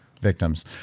victims